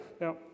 Now